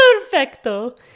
Perfecto